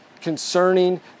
Concerning